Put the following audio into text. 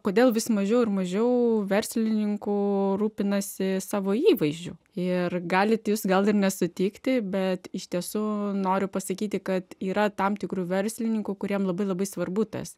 kodėl vis mažiau ir mažiau verslininkų rūpinasi savo įvaizdžiu ir galit jūs gal ir nesutikti bet iš tiesų noriu pasakyti kad yra tam tikrų verslininkų kuriem labai labai svarbu tas